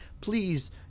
please